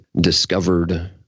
discovered